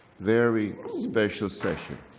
very special session,